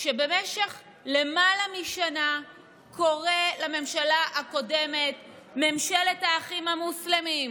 שבמשך למעלה משנה קורא לממשלה הקודמת ממשלת האחים המוסלמים,